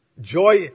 joy